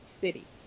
City